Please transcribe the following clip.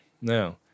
no